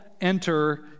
enter